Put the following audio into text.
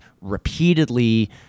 repeatedly